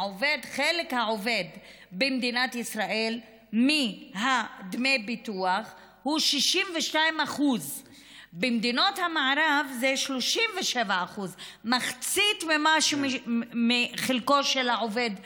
חלק העובד במדינת ישראל מדמי הביטוח הוא 62%. במדינות המערב זה 37% מחצית מחלקו של העובד בישראל.